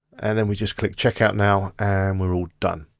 and then we just click checkout now and we're all done.